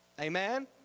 Amen